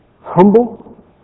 humble